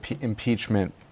impeachment